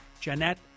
Jeanette